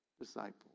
disciple